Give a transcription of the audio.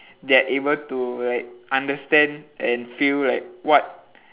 they are able to like understand and feel like what